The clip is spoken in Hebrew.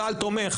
צה"ל תומך,